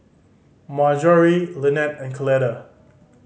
Marjory Linette and Coletta